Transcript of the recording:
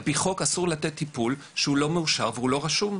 על פי חוק אסור לתת טיפול שאינו מאושר ורשום.